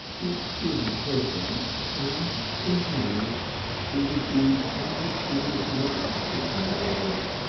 it wouldn't hurt much, and in ten minutes he would be um indistinguishable ashes in the blaze.